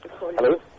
Hello